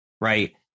right